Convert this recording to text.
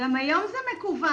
גם היום זה מקוון.